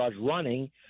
running